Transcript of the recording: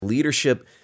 Leadership